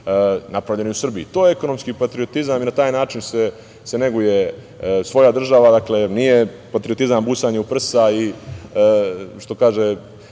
napravljeni u Srbiji. To je ekonomski patriotizam i na taj način se neguje svoja država. Nije patriotizam busanje u prsa i što kaže,